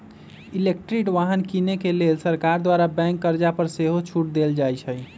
electric वाहन किने के लेल सरकार द्वारा बैंक कर्जा पर सेहो छूट देल जाइ छइ